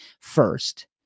first